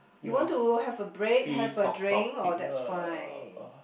ya free talk topic uh